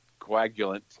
coagulant